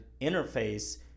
interface